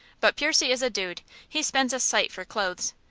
but percy is a dude. he spends a sight for clothes.